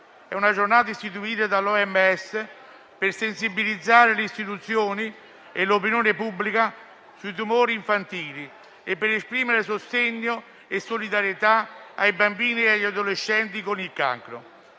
infantile, istituita dall'OMS per sensibilizzare le istituzioni e l'opinione pubblica sui tumori infantili e per esprimere sostegno e solidarietà ai bambini e agli adolescenti con il cancro,